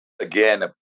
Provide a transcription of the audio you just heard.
again